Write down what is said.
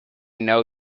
know